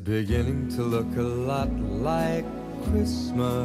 beje cilapina l visma